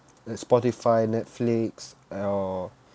the spotify netflix or